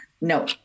No